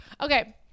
Okay